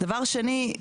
דבר שני,